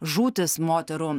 žūtis moterų